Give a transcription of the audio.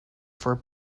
for